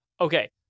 Okay